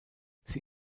sie